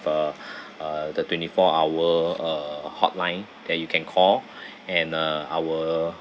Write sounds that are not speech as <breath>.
uh <breath> uh the twenty four hour uh hotline that you can call <breath> and uh our